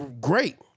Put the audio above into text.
Great